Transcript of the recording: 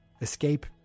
escape